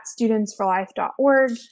studentsforlife.org